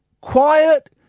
quiet